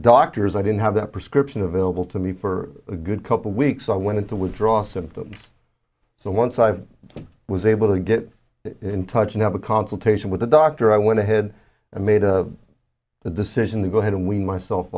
doctors i didn't have that prescription available to me for a good couple of weeks i wanted to withdraw symptoms so once i was able to get in touch and have a consultation with a doctor i went ahead and made the decision to go ahead and wean myself